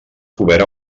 cobert